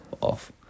off